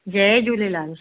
Jay Jhulelal